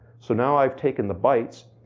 so now i've taken the bytes,